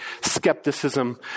skepticism